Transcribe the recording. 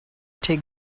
take